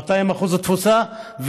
200% תפוסה,